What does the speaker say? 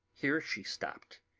here she stopped.